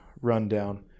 rundown